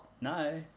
No